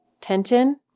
tension